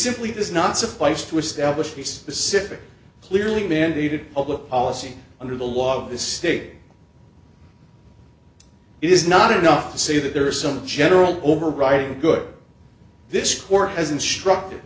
simply does not suffice to establish peace the civic clearly mandated public policy under the laws of this state is not enough to say that there are some general overriding good this court has instructed